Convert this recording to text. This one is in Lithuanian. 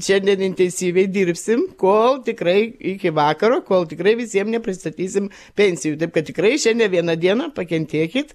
šiandien intensyviai dirbsim kol tikrai iki vakaro kol tikrai visiem nepristatysim pensijų taip kad tikrai šiandie vieną dieną pakentėkit